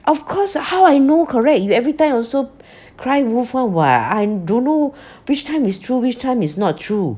of course uh how I know correct you every time also cry wolf one what I don't know which time is true which time is not true